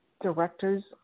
directors